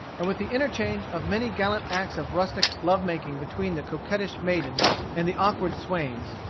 and with the interchange of many gallant acts of rustic love-making between the coquettish maidens and the awkward swains,